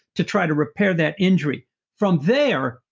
to try to repair that injury from there,